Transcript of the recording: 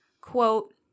quote